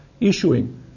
issuing